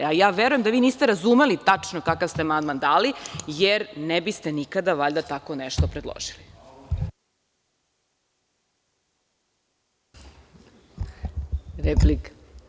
A ja verujem da vi niste razumeli tačno kakav ste amandman dali, jer ne biste nikada, valjda, tako nešto predložili. (Boško Obradović, s mesta: Replika.